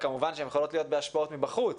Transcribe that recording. וכמובן שהן יכולות להיות כתוצאה מהשפעות חיצוניות,